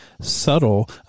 subtle